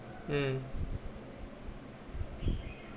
mm